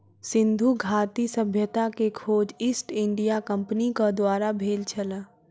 सिंधु घाटी सभ्यता के खोज ईस्ट इंडिया कंपनीक द्वारा भेल छल